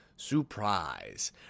Surprise